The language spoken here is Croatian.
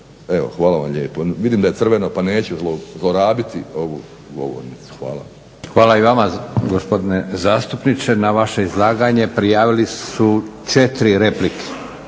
Evo, hvala vam lijepo. Vidim da je crveno pa neću zlorabiti ovu govornicu. Hvala. **Leko, Josip (SDP)** Hvala i vama gospodine zastupniče. Na vaše izlaganje prijavili su 4 replike.